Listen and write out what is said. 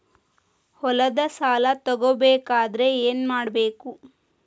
ಹೊಲದ ಸಾಲ ತಗೋಬೇಕಾದ್ರೆ ಏನ್ಮಾಡಬೇಕು?